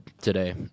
today